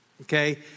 Okay